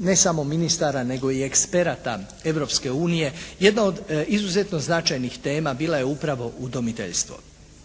ne samo ministara nego i eksperata Europske unije. Jedna od izuzetno značajnih tema bila je upravo udomiteljstvo.